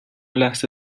لحظه